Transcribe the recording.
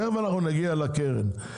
תכך אנחנו נגיע לקרן.